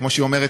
כמו שהיא אומרת,